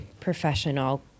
professional